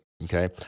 Okay